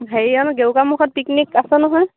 হেৰি অঁ গেৰুকামূখত পিকনিক আছে নহয়